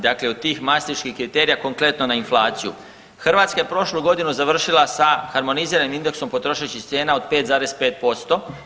Dakle, od tih Mastriških kriterija konkretno na inflaciju Hrvatska je prošlu godinu završila sa harmoniziranim indeksom potrošačkih cijena od 5,5%